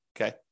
okay